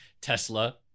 Tesla